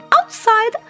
outside